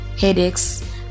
headaches